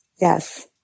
Yes